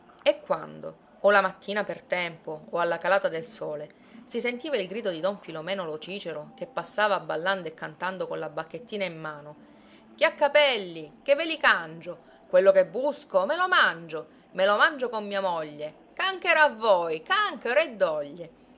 e quando o la mattina per tempo o alla calata del sole si sentiva il grido di don filomeno lo cicero che passava ballando e cantando con la bacchettina in mano chi ha capelli che ve li cangio quello che busco me lo mangio me lo mangio con mia moglie canchero a voi canchero e doglie